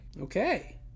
Okay